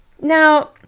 now